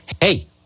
hey